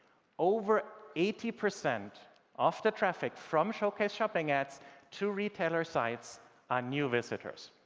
over eighty percent of the traffic from showcase shopping ads to retailer sites are new visitors